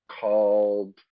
called